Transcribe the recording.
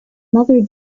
mother